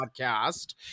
podcast